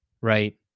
right